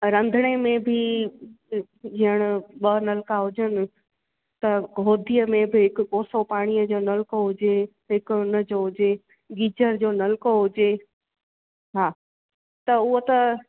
रंधिणे में बि हींअर ॿ नलका हुजनि त होदीअ में बि हिकु कोसो पाणीअ जो नलको हुजे हिकु हुनजो हुजे गीजर जो नलको हुजे हा त हुहो त